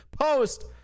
post